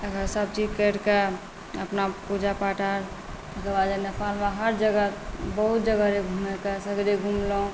सभचीज करि कऽ अपना पूजापाठ आओर ताहिके बाद नेपालमे हर जगह बहुत जगह रहै घुमैके सगरे घुमलहुँ